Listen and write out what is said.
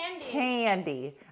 Candy